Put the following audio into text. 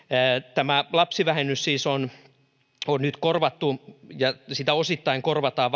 tämä lapsivähennys siis on on nyt korvattu ja sitä osittain korvataan